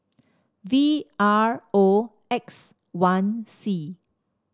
V R O X one C